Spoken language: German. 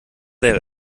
wäre